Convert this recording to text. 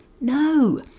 no